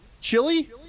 chili